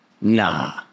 Nah